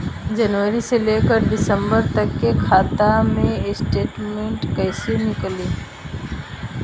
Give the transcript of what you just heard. जनवरी से लेकर दिसंबर तक के खाता के स्टेटमेंट कइसे निकलि?